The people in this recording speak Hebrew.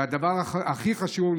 והדבר הכי חשוב,